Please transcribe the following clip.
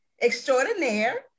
extraordinaire